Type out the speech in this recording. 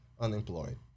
unemployed